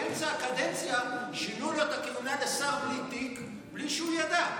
באמצע הקדנציה שינו לו את הכהונה לשר בלי תיק בלי שהוא ידע.